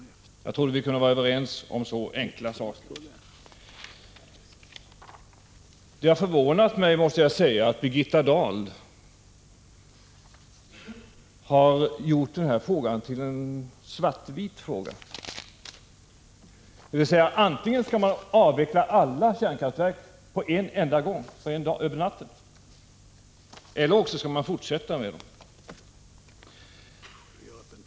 Jag trodde att vi kunde vara överens om så enkla saker. Det har förvånat mig att Birgitta Dahl har gjort den här frågan till en svart-vit fråga — dvs. antingen skall man avveckla alla kärnkraftverk på en enda gång, över natten, eller också skall man fortsätta driva dem alla.